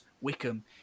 wickham